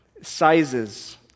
sizes